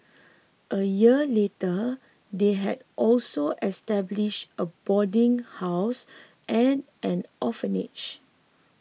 a year later they had also established a boarding house and an orphanage